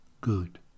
Good